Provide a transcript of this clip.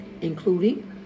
including